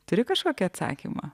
turi kažkokį atsakymą